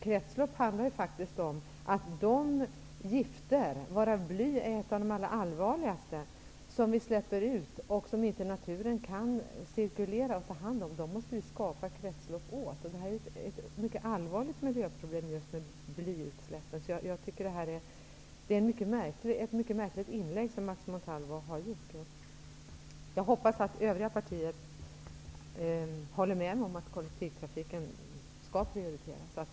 Kretslopp handlar om de gifter -- och bly är ett av de allra allvarligaste -- som vi släpper ut och som naturen inte kan cirkulera och ta hand om. Vi måste skapa kretslopp åt dem. Blyutsläppen är ett mycket allvarligt miljöproblem. Det är ett mycket märkligt inlägg som Max Montalvo har gjort. Jag hoppas att övriga partier håller med mig om att kollektivtrafiken skall prioriteras.